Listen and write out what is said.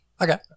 okay